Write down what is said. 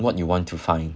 what you want to find